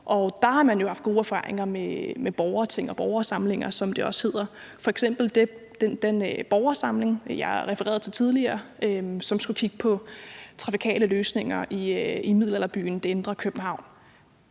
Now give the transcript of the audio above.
der har man jo haft gode erfaringer med borgerting og borgersamlinger, som det også hedder, f.eks. den borgersamling, jeg refererede til tidligere, som skulle kigge på trafikale løsninger i middelalderbyen i det indre København.